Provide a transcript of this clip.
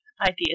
ideas